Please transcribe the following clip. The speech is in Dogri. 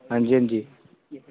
हां जी हां जी